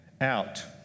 out